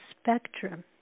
spectrum